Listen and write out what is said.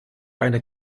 eine